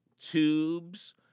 tubes